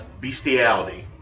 bestiality